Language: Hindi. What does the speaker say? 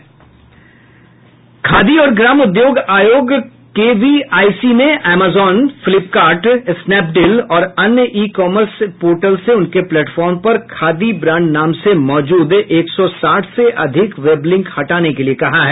खादी और ग्राम उद्योग आयोग केवीआईसी ने एमेजॉन फिलपकार्ट स्नैपडील और अन्य ई कॉमर्स पोर्टल से उनके प्लेटफार्म पर खादी ब्रांड नाम से मौजूद एक सौ साठ से अधिक वेबलिंक हटाने के लिए कहा है